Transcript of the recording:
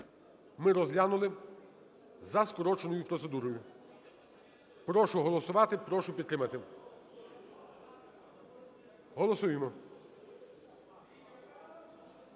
ми розглянули за скороченою процедурою. Прошу голосувати, прошу підтримати. Голосуємо.